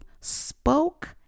spoke